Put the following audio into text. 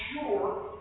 sure